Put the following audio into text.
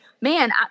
man